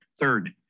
Third